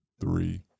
three